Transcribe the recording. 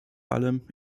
allem